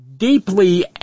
deeply